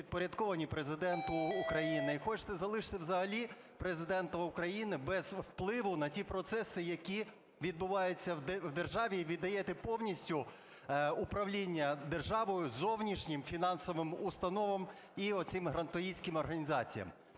підпорядковані Президенту України. І хочете залишити взагалі Президента України без впливу на ті процеси, які відбуваються в державі, і віддаєте повністю управління державою зовнішнім фінансовим установам і оцим грантоїдським організаціям.